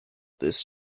this